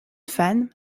femme